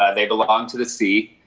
ah they belong to the sea,